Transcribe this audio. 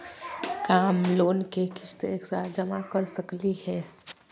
का हम लोन के किस्त एक साथ जमा कर सकली हे?